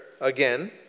again